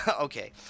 Okay